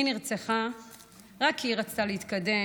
היא נרצחה רק כי היא רצתה להתקדם.